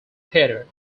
theater